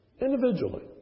individually